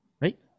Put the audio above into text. Right